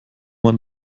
man